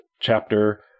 chapter